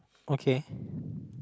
okay